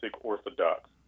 Orthodox